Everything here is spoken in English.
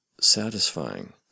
satisfying